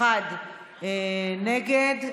אחד נגד.